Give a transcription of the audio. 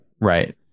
Right